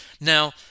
Now